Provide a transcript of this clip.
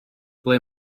ble